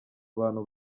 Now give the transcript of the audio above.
abantu